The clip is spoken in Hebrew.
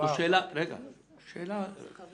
השאלה זועקת.